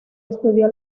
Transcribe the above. estudió